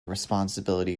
responsibility